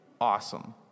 awesome